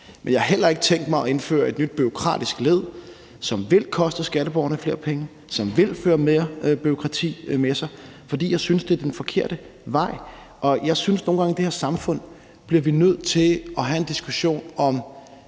men jeg har heller ikke tænkt mig at indføre et nyt bureaukratisk led, som vil koste skatteborgerne flere penge, og som vil føre mere bureaukrati med sig. For jeg synes, det er den forkerte vej at gå, og jeg synes nogle gange, at vi i det her samfund bliver nødt til at have en diskussion om,